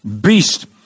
beast